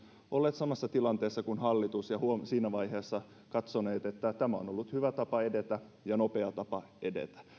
olleet samassa tilanteessa kuin hallitus ja huom siinä vaiheessa katsoneet että tämä on ollut hyvä tapa edetä ja nopea tapa edetä